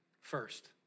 First